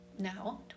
now